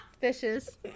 Fishes